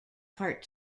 part